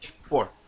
Four